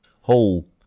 whole